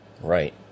Right